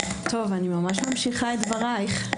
טוב, אני ממש ממשיכה את דברייך.